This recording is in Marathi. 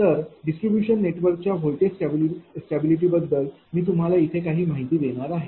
तर डिस्ट्रीब्यूशन नेटवर्कच्या व्होल्टेज स्टॅबिलिटी बद्दल मी तुम्हाला इथे काही माहिती देणार आहे